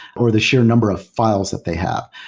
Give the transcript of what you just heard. or the sheer number of f iles that they have.